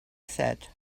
said